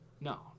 no